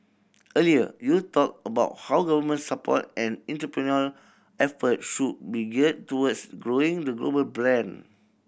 earlier you talked about how government support and entrepreneurial effort should be geared towards growing the global brand